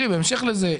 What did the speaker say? בהמשך לזה,